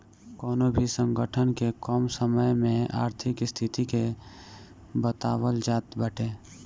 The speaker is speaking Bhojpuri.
कवनो भी संगठन के कम समय में आर्थिक स्थिति के बतावल जात बाटे